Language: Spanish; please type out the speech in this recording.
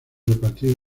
repartidos